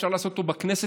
אפשר לעשות אותו בכנסת,